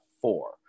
four